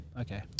Okay